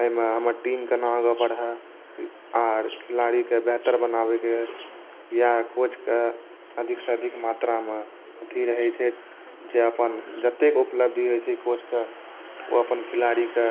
एहिमे हमर टीम केना आगाँ बढ़ए आर खिलाड़ीकेँ बेहतर बनाबयके या कोचकेँ अधिकसँ अधिक मात्रामे अथी रहैत छै जे अपन जतेक उपलब्धि होइत छै कोचके ओ अपन खिलाड़ीकेँ